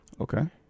Okay